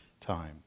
time